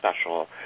special